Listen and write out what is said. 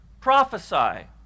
prophesy